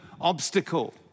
obstacle